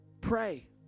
pray